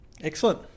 Excellent